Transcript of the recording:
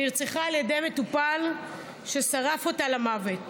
נרצחה על ידי מטופל ששרף אותה למוות.